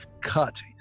cut